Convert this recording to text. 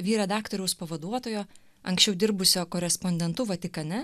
vyr redaktoriaus pavaduotojo anksčiau dirbusio korespondentu vatikane